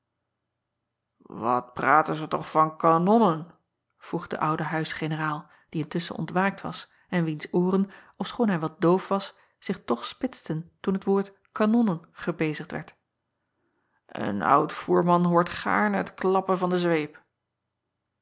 at praten ze toch van kanonnen vroeg de oude huisgeneraal die intusschen ontwaakt was en wiens ooren ofschoon hij wat doof was zich toch spitsten toen het woord kanonnen gebezigd werd en oud voerman hoort gaarne het klappen van den zweep